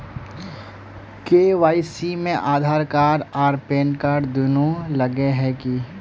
KYC में Aadhaar card आर pan card दुनू लगे है की?